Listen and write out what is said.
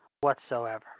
Whatsoever